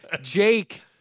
Jake